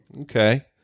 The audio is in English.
Okay